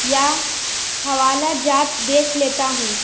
یا حوالہ جات دیکھ لیتا ہوں